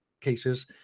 cases